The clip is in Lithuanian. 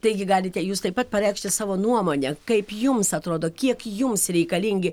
taigi galite jūs taip pat pareikšti savo nuomonę kaip jums atrodo kiek jums reikalingi